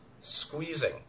squeezing